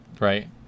right